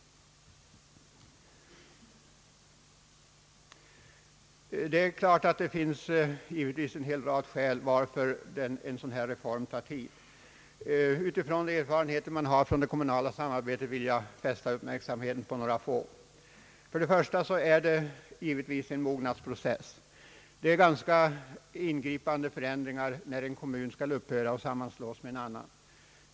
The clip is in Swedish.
Givetvis finns det en hel rad skäl till att en sådan här reform tar tid. Utifrån de erfarenheter jag har från det kommunala samarbetet vill jag fästa uppmärksamheten på några få. För det första är detta en mognadsprocess. Det är ganska ingripande förändringar som inträder, när en kommun skall upphöra och sammanslås med en annan.